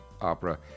opera